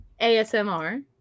ASMR